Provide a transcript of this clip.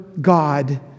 God